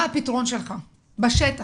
מה הפתרון שלך בשטח?